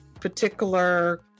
particular